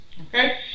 Okay